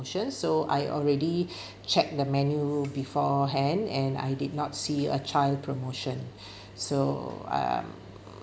so I already checked the menu beforehand and I did not see a child promotion so um